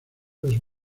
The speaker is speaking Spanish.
los